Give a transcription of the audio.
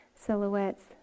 Silhouettes